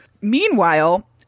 Meanwhile